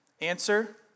Answer